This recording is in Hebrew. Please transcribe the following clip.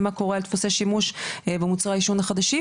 מה קורה על דפוסי שימוש במוצרי עישון החדשים,